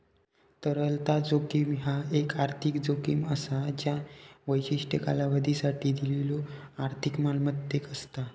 तरलता जोखीम ह्या एक आर्थिक जोखीम असा ज्या विशिष्ट कालावधीसाठी दिलेल्यो आर्थिक मालमत्तेक असता